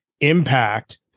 impact